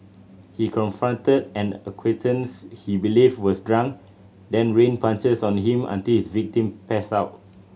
he confronted an acquaintance he believed was drunk then rained punches on him until his victim passed out